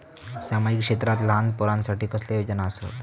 सामाजिक क्षेत्रांत लहान पोरानसाठी कसले योजना आसत?